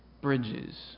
bridges